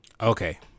Okay